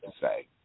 say